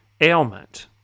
ailment